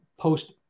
Post